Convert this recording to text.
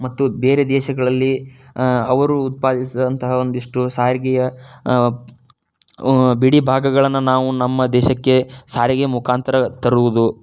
ಮತ್ತು ಬೇರೆ ದೇಶಗಳಲ್ಲಿ ಅವರು ಉತ್ಪಾದಿಸಿದಂತಹ ಒಂದಿಷ್ಟು ಸಾರಿಗೆಯ ಬಿಡಿ ಭಾಗಗಳನ್ನು ನಾವು ನಮ್ಮ ದೇಶಕ್ಕೆ ಸಾರಿಗೆಯ ಮುಖಾಂತರ ತರುವುದು